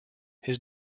his